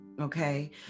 Okay